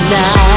now